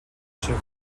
шиг